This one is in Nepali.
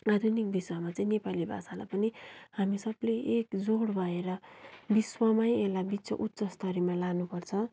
आधुनिक विषयमा चाहिँ नेपाली भाषालाई पनि हामी सबले एक जोड भएर विश्वमै एउटा विश्व उच्च स्तरमा लानुपर्छ